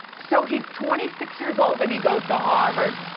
so he's twenty six years old and he goes to harvard.